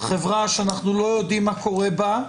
חברה שאנחנו לא יודעים מה קורה בה,